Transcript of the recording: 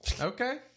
Okay